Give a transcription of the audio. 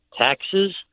taxes